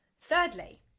Thirdly